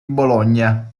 bologna